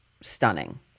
stunning